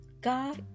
God